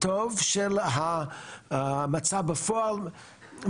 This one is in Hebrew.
המצב הוא שיש